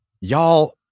Y'all